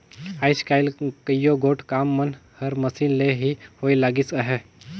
आएज काएल कइयो गोट काम मन हर मसीन ले ही होए लगिस अहे